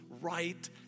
right